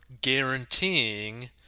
guaranteeing